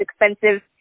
expensive